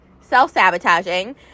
self-sabotaging